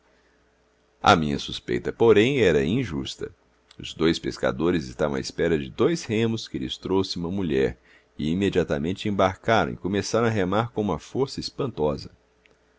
a minha suspeita porém era injusta os dois pescadores estavam à espera de dois remos que lhes trouxe uma mulher e imediatamente embarcaram e começaram a remar com uma força espantosa